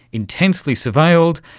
intensely surveilled,